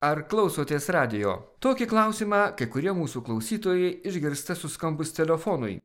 ar klausotės radijo tokį klausimą kai kurie mūsų klausytojai išgirsta suskambus telefonui